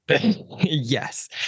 yes